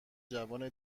جوان